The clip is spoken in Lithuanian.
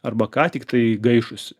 arba ką tik tai gaišusi